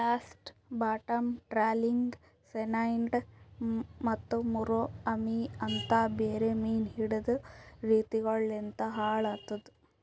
blast, bottom trawling, cyanide ಮತ್ತ ಮುರೋ ಅಮಿ ಅಂತ್ ಬೇರೆ ಮೀನು ಹಿಡೆದ್ ರೀತಿಗೊಳು ಲಿಂತ್ ಹಾಳ್ ಆತುದ್